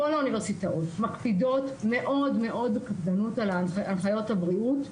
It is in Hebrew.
כל האוניברסיטאות מקפידות מאוד בקפדנות על הנחיות הבריאות.